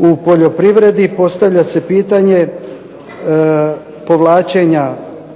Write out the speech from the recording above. u poljoprivredi postavlja se pitanje povlačenja